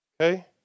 Okay